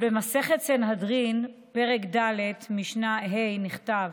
במסכת סנהדרין, פרק ד', משנה ה', נכתב: